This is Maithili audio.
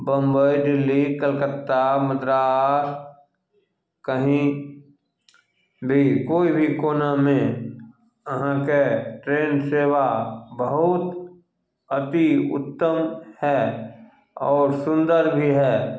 बम्बइ दिल्ली कलकत्ता मद्रास कहीं भी कोइ भी कोनामे अहाँके ट्रेन सेवा बहुत अति उत्तम हइ आओर सुन्दर भी हइ